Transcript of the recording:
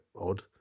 odd